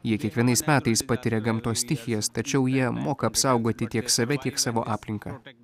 jie kiekvienais metais patiria gamtos stichijas tačiau jie moka apsaugoti tiek save tiek savo aplinką